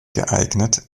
geeignet